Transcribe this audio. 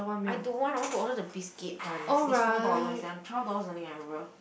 I don't want I want to order the biscuit bun it's four dollars that one twelve dollars only I remember